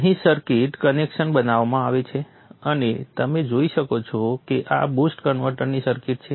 અહીં circuit connections બનાવવામાં આવે છે અને તમે જોઈ શકો છો કે આ બૂસ્ટ કન્વર્ટરની સર્કિટ છે